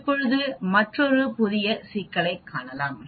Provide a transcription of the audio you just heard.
இப்பொழுது ஒரு புதிய சிக்கலை காணலாம்